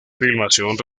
filmación